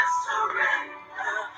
surrender